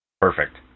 Perfect